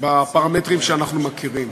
בפרמטרים שאנחנו מכירים.